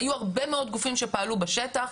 היו הרבה מאוד גופים שפעלו בשטח,